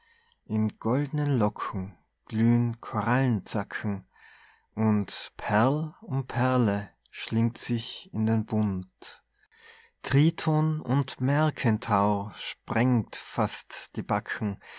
in goldnen locken glühn corallenzacken und perl um perle schlingt sich in den bund triton und meercentaur sprengt fast die backen